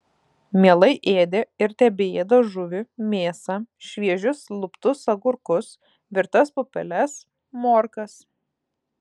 mielai ėdė ir tebeėda žuvį mėsą šviežius luptus agurkus virtas pupeles morkas